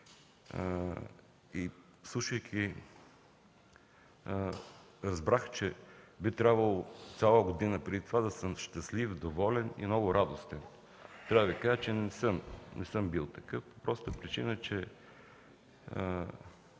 и слушайки разбрах, че би трябвало цяла година преди това да съм щастлив, доволен и много радостен. Ще Ви кажа, че не съм бил такъв по простата причина, че